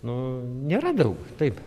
nu nėra daug taip